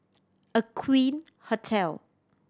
Aqueen Hotel